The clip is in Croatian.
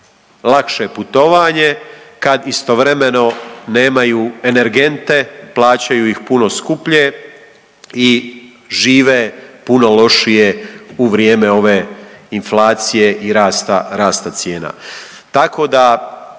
lakše putovanje kad istovremeno nemaju energente, plaćaju ih puno skuplje i žive puno lošije u vrijeme ove inflacije i rasta, rasta cijena. Tako da